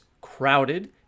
crowded